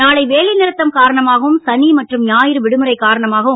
நாளை வேலைநிறுத்தம் காரணமாகவும் சனி மற்றும் ஞாயிறு விடுமுறை காரணமானவும்